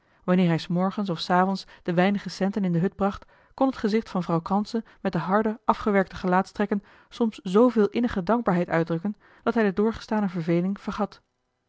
wanneer hij s morgens of s avonds de weinige centen in de hut bracht kon het gezicht van vrouw kranse met de harde afgewerkte gelaatstrekken soms zooveel innige dankbaarheid uitdrukken dat hij de doorgestane verveling vergat